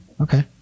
Okay